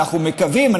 ואנחנו מקווים,